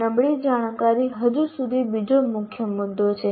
નબળી જાણકરી હજુ સુધી બીજો મુખ્ય મુદ્દો છે